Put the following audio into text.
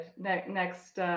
Next